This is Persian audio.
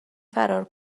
فرار